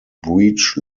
breech